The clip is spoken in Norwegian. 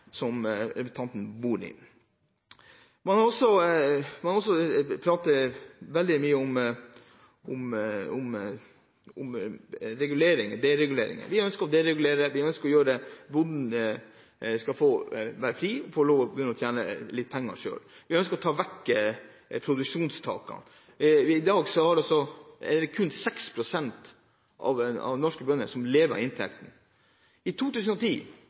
som denne representanten bor i. Man har også snakket veldig mye om regulering og deregulering. Vi ønsker å deregulere, vi ønsker at bonden skal få være fri og få lov til å begynne å tjene litt penger selv. Vi ønsker å ta vekk produksjonstakene. I dag er det kun 6 pst. av norske bønder som lever av inntekten sin. I 2010